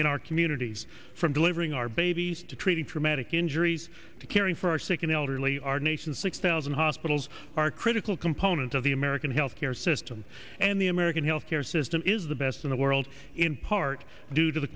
in our communities from delivering our babies to treating traumatic injuries to caring for our sick and elderly our nation's six thousand hospitals are critical component of the american health care system and the american health care system is the best in the world in part due to the